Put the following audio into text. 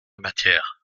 matière